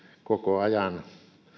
koko ajan